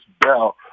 bell